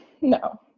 No